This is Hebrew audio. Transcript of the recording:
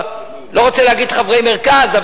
אני לא רוצה להגיד חברי מרכז,